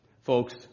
Folks